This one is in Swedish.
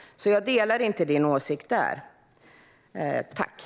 Jag delar därför inte din åsikt om det.